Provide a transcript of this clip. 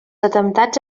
atemptats